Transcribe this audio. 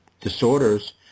disorders